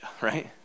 right